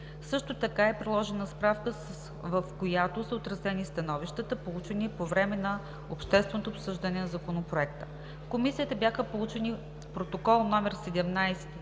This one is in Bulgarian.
Също така е приложена справка, в която са отразени становищата, получени по време на общественото обсъждане на Законопроекта. В Комисията бяха получени Протокол № 17